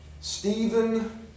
Stephen